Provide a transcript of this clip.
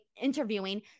interviewing